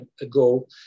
ago